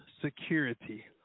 security